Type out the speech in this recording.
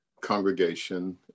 congregation